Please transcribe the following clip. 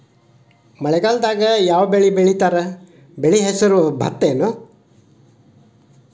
ಮಳೆಗಾಲದಾಗ್ ಯಾವ್ ಬೆಳಿ ಬೆಳಿತಾರ, ಬೆಳಿ ಹೆಸರು ಭತ್ತ ಏನ್?